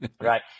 right